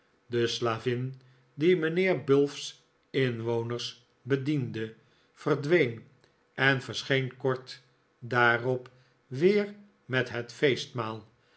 de slavin die miinheer bulph's inwoners bediende verdween en verscheen kort daarop weer met het feestmaal